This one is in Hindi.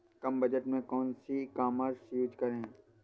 कम बजट में कौन सी ई कॉमर्स यूज़ करें?